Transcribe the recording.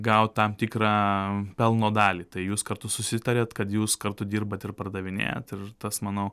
gaut tam tikrą pelno dalį tai jūs kartu susitariat kad jūs kartu dirbat ir pardavinėjat ir tas manau